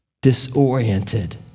disoriented